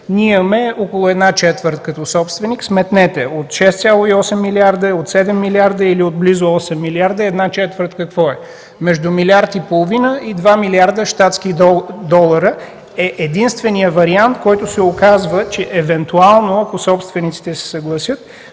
Ние имаме около една четвърт като собственик. Сметнете от 6,8 милиарда, от 7 милиарда или от близо 8 милиарда една четвърт какво е – между милиард и половина и 2 милиарда щатски долара е единственият вариант, който се оказва, че евентуално, ако собствениците се съгласят,